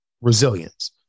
resilience